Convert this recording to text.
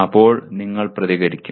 അപ്പോൾ നിങ്ങൾ പ്രതികരിക്കും